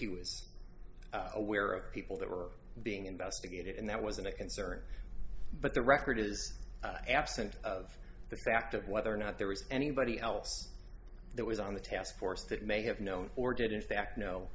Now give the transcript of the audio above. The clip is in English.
he was aware of people that were being investigated and that wasn't a concern but the record is absent of the fact of whether or not there was anybody else that was on the task force that may have known or did in fact know